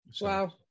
wow